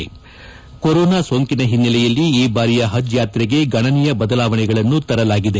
ಸಾಂಕ್ರಾಮಿಕ ಕೊರೊನಾ ಸೋಂಕಿನ ಹಿನ್ನೆಲೆಯಲ್ಲಿ ಈ ಬಾರಿಯ ಪಜ್ ಯಾತ್ರೆಗೆ ಗಣನೀಯ ಬದಲಾವಣೆಗಳನ್ನು ತರಲಾಗಿದೆ